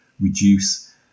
reduce